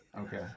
Okay